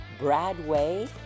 bradway